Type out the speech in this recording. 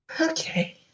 Okay